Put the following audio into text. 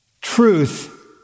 truth